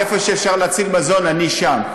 איפה שאפשר להציל מזון, אני שם.